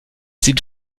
sieht